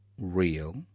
Real